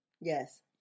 Yes